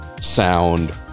sound